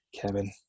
Kevin